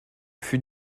fut